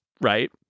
Right